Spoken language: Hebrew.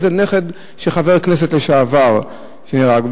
זה נכד של חבר כנסת לשעבר שנהרג,